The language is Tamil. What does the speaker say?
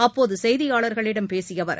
அப்போது செய்தியாளர்களிடம் பேசிய அவர்